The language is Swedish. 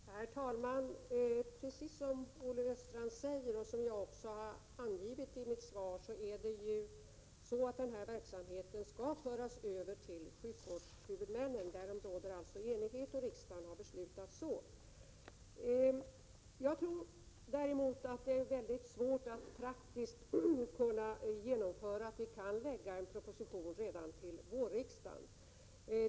Herr talman! Precis som Olle Östrand säger och som jag också har angivit i mitt svar, är det så att denna verksamhet skall föras över till sjukvårdshuvudmännen. Därom råder alltså enighet, och riksdagen har beslutat så. Däremot tror jag att det blir svårt att praktiskt genomföra att vi kan lägga fram en proposition redan till vårriksdagen.